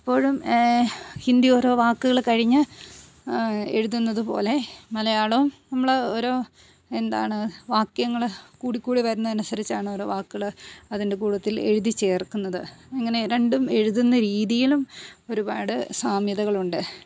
ഇപ്പോഴും ഹിന്ദി ഓരോ വാക്കുകൾ കഴിഞ്ഞു എഴുതുന്നത് പോലെ മലയാളവും നമ്മൾ ഓരോ എന്താണ് വാക്യങ്ങൾ കൂടിക്കൂടി വരുന്നതിനു അനുസരിച്ചാണ് ഓരോ വാക്കുകൾ അതിൻ്റെ കൂട്ടത്തിൽ എഴുതി ചേർക്കുന്നത് അങ്ങനെ രണ്ടും എഴുതുന്ന രീതിയിലും ഒരുപാട് സാമ്യതകൾ ഉണ്ട്